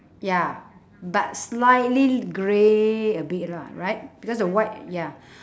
ya but slightly grey a bit lah right because the white ya